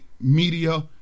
media